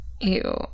Ew